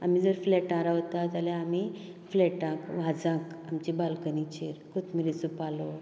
आनी जर फ्लेटांत रावता जाल्यार आमी फ्लेटांत वाजांक आमच्या बाल्कनीचेर कोंथबिरिचो पालो